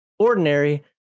ordinary